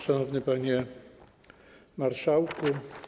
Szanowny Panie Marszałku!